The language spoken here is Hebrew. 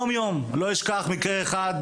לא אשכח מקרה אחד,